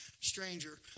stranger